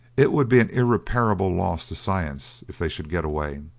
it would be an irreparable loss to science if they should get away.